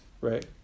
right